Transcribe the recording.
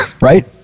right